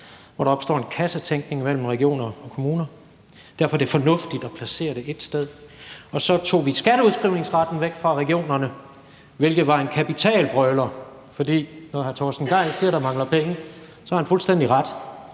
hvor der opstår en kassetænkning mellem regioner og kommuner. Derfor er det fornuftigt at placere det ét sted. Og så tog vi skatteudskrivningsretten væk fra regionerne, hvilket var en kapitalbrøler, for når hr. Torsten Gejl siger, at der mangler penge, har han fuldstændig ret.